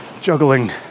juggling